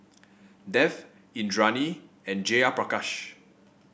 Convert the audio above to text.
Dev Indranee and Jayaprakash